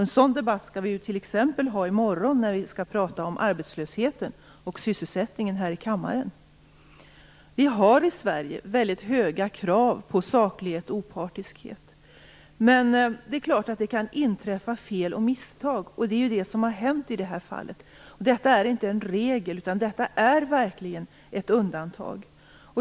En debatt om detta skall vi ju t.ex. ha i morgon, då vi här i kammaren skall tala om arbetslösheten och sysselsättningen. Vi har i Sverige väldigt höga krav på saklighet och opartiskhet. Men det är klart att det kan inträffa fel och misstag, vilket ju är vad som har hänt i det här fallet. Detta är ingen regel, utan detta är verkligen ett undantag.